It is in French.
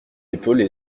épaules